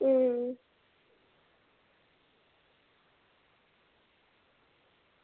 अं